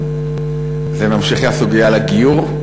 זה בהמשך הסוגיה על הגיור?